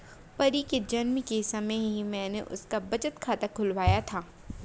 परी के जन्म के समय ही मैने उसका बचत खाता खुलवाया था